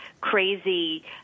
crazy